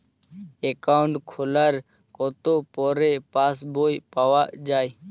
Account খোলার কতো পরে পাস বই পাওয়া য়ায়?